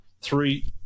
Three